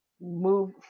move